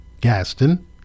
Gaston